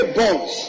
bonds